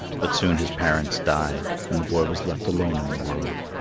but soon his parents died, and the boy was left alone in the world.